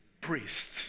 Priests